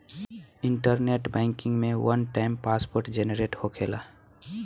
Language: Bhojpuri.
इंटरनेट बैंकिंग में वन टाइम पासवर्ड जेनरेट होखेला